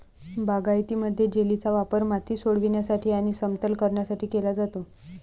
बागायतीमध्ये, जेलीचा वापर माती सोडविण्यासाठी आणि समतल करण्यासाठी केला जातो